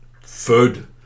food